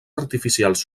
artificials